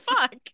Fuck